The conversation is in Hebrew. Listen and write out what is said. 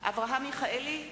אברהם מיכאלי,